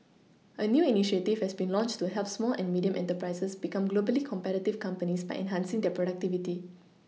a new initiative has been launched to help small and medium enterprises become globally competitive companies by enhancing their productivity